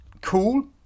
cool